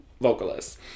vocalists